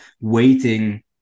waiting